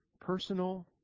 personal